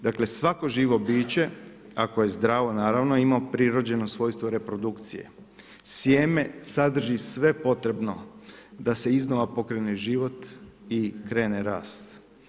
Dakle, svako živo biće ako je zdravo naravno, ima prirođeno svojstvo reprodukcije, sjeme sadrži sve potrebno da se iznova pokrene život i krene rast.